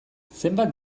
zenbat